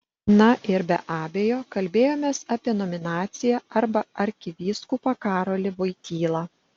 na ir be abejo kalbėjomės apie nominaciją arba apie arkivyskupą karolį voitylą